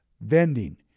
vending